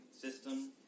system